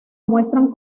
muestran